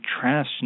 trash